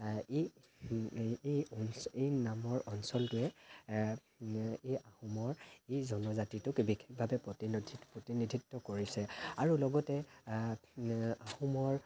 ই এই এই অঞ্চ এই নামৰ অঞ্চলটোৱে ই আহোমৰ এই জনজাতিটোক বিশেষভাৱে প্ৰতিনধি প্ৰতিনিধিত্ব কৰিছে আৰু লগতে আহোমৰ